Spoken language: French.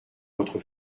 votre